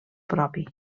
propi